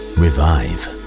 revive